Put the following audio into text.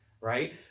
right